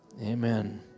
Amen